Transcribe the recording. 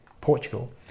Portugal